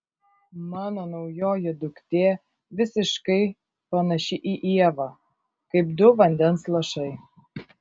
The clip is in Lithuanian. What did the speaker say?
mano naujoji duktė visiškai panaši į ievą kaip du vandens lašai